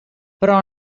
però